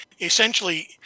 essentially